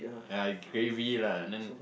like gravy lah and then